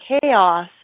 chaos